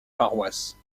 paroisses